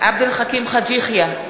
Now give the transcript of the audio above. עבד אל חכים חאג' יחיא,